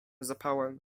zapałem